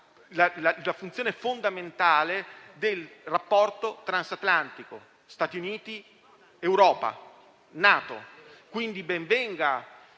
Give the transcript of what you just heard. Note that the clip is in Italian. la funzione fondamentale del rapporto transatlantico Stati Uniti, Europa, NATO. Ben venga